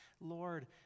Lord